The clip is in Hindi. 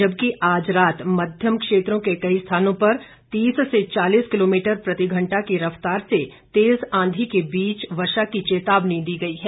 जबकि आज रात मध्यम क्षेत्रों के कई स्थानों पर तीस से चालीस किलोमीटर प्रति घंटा की रफ्तार से तेज आंधी के बीच वर्षा की चेतावनी दी गई है